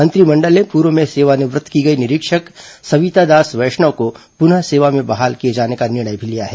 मंत्रिमंडल ने पूर्व में सेवानिवृत्त की गई निरीक्षक सविता दास वैष्णव को पुनः सेवा में बहाल किए जाने का निर्णय लिया है